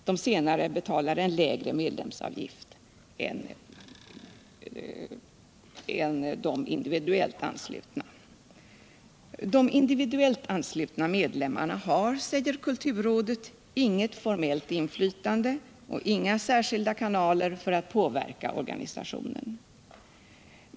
De senare betalar en lägre medlemsavgift än de individuellt anslutna. De individuellt anslutna har, säger kulturrådet, inget formellt inflytande och inga särskilda kanaler för en påverkan av organisationen.